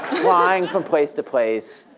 flying from place to place,